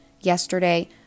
Yesterday